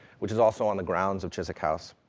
which is also on the grounds of chiswick house.